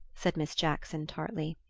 said miss jackson tartly.